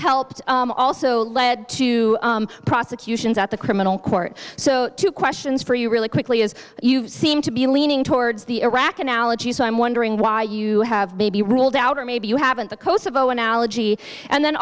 helped also lead to prosecutions at the criminal court so two questions for you really quickly as you seem to be leaning towards the iraqi analogy so i'm wondering why you have maybe ruled out or maybe you haven't the kosovo analogy and then